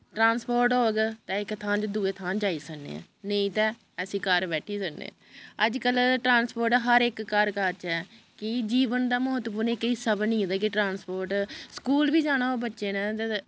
transport होग ते इक थां दा दुए थां जाई सकने आं नेईं ते असी घर बैठी जन्नें अजकल्ल ट्रांस्पोर्ट हर इक घर घर च है कि जीवन दा म्हत्तवपूर्ण इक हिस्सा बनी गेदा कि ट्रांस्पोर्ट स्कूल बी जाना होऐ बच्चे ने ते